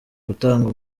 gutanga